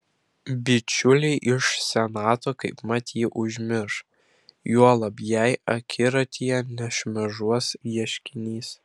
bičiuliai iš senato kaipmat jį užmirš juolab jei akiratyje nešmėžuos ieškinys